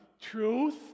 truth